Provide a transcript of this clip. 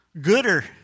gooder